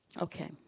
Okay